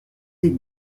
est